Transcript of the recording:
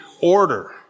order